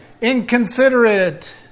Inconsiderate